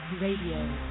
Radio